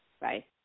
right